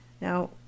Now